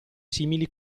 simili